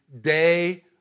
day